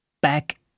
back